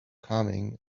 coming